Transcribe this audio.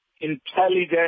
intelligent